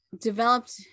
developed